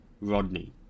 Rodney